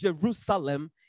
Jerusalem